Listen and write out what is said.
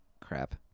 crap